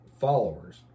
followers